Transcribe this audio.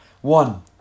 One